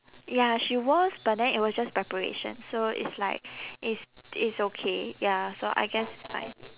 ya she was but then it was just preparation so it's like it's it's okay ya so I guess it's fine